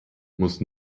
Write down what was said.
muss